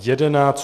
11.